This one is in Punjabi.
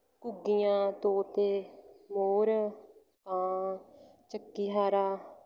ਘੁੱਗੀਆਂ ਤੋਤੇ ਮੋਰ ਕਾਂ ਚੱਕੀਹਾਰਾ